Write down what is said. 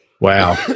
Wow